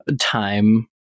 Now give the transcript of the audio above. time